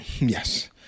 Yes